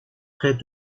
près